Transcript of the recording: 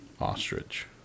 Ostrich